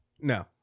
No